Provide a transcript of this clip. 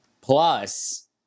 plus